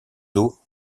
eaux